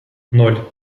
ноль